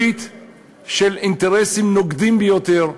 ברית של אינטרסים נוגדים ביותר,